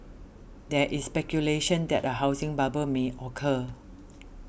there is speculation that a housing bubble may occur